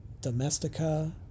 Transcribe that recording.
domestica